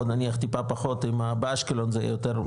או נניח טיפה פחות באשקלון זה יהיה יותר.